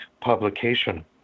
publication